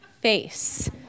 face